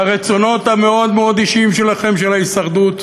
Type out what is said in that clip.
לרצונות המאוד-מאוד אישיים שלכם, של ההישרדות,